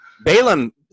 Balaam